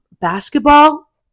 Basketball